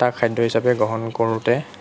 তাক খাদ্য হিচাপে গ্ৰহণ কৰোঁতে